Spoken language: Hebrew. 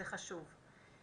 זה חשוב.